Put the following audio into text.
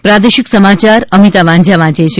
પ્રાદેશિક સમાચાર અમિતા વાંઝા વાંચે છે